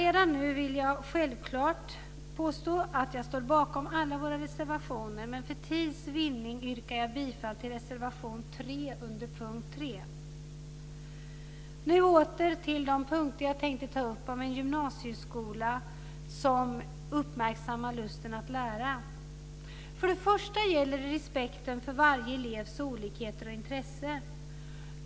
Redan nu vill jag självklart påstå att jag står bakom alla våra reservationer, men för tids vinning yrkar jag endast bifall till reservation 3 under punkt 3. Åter till de punkter jag tänkte ta upp om en gymnasieskola som uppmärksammar lusten att lära. Först och främst gäller det respekten för varje elevs olikheter och intressen.